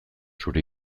zure